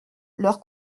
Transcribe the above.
leur